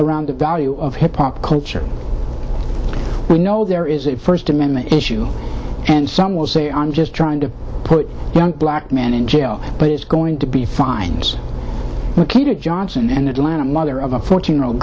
around the value of hip hop culture we know there is a first amendment issue and some will say i'm just trying to put young black man in jail but it's going to be fines ok to johnson and atlanta mother of fourteen year old